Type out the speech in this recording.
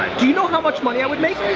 do you know how much money i would make?